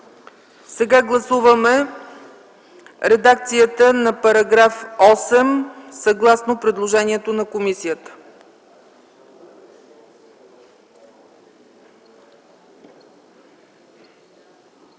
Сега гласуваме редакцията на § 8 съгласно предложението на комисията.